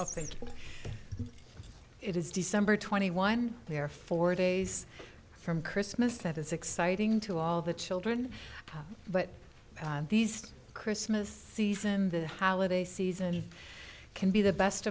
it is december twenty one there are four days from christmas that is exciting to all the children but these christmas season the holiday season can be the best